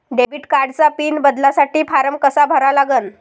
Debit कार्डचा PIN बदलासाठी form कसा भरा लागन?